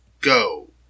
go